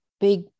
big